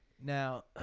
Now